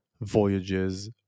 voyages